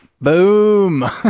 Boom